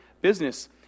business